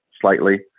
slightly